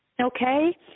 okay